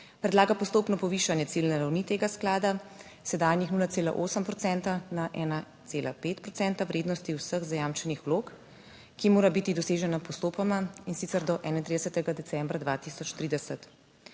predlaga postopno povišanje ciljne ravni tega sklada, sedanjih 0,8 procenta na 1,5 procenta vrednosti vseh zajamčenih vlog, ki mora biti dosežena postopoma, in sicer do 31. decembra 2030.